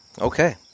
Okay